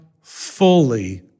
fully